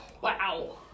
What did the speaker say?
Wow